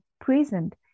present